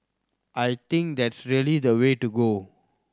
I think that's really the way to go